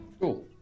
Cool